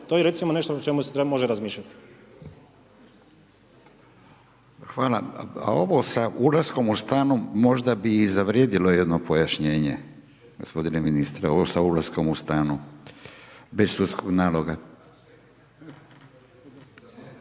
To je recimo nešto o čemu se treba možda razmišljati. **Radin, Furio (Nezavisni)** Hvala, a ovo sa ulaskom u stanu možda bi i zavrijedilo jedno pojašnjenje gospodine ministre, ovo sa ulaskom u stanu bez sudskog naloga.